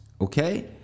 okay